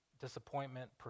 disappointment